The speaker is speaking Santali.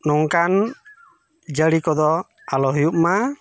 ᱱᱚᱝᱠᱟᱱ ᱡᱟᱹᱲᱤ ᱠᱚᱫᱚ ᱟᱞᱚ ᱦᱩᱭᱩᱜ ᱢᱟ